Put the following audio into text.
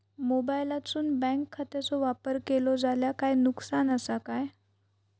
मोबाईलातसून बँक खात्याचो वापर केलो जाल्या काय नुकसान असा काय?